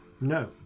No